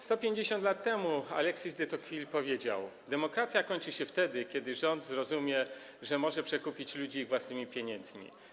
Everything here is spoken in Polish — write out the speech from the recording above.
150 lat temu Alexis de Tocqueville powiedział: demokracja kończy się wtedy, kiedy rząd zrozumie, że może przekupić ludzi ich własnymi pieniędzmi.